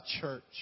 church